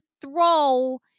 throw